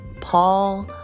Paul